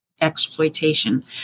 exploitation